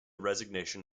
resignation